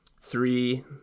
Three